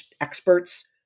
experts